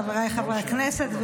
חבריי חברי הכנסת,